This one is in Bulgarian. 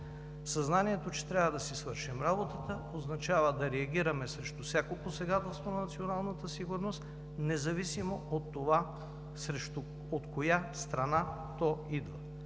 Съзнанието, че трябва да си свършим работата означава да реагираме срещу всяко посегателство на националната сигурност, независимо от това от коя страна то идва.